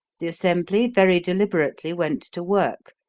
the assembly very deliberately went to work,